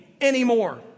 anymore